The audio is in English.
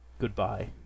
Goodbye